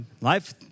Life